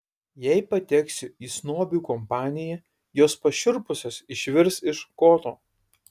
jei pateksiu į snobių kompaniją jos pašiurpusios išvirs iš koto